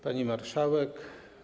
Pani Marszałek!